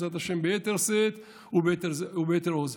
בעזרת השם, ביתר שאת וביתר עוז.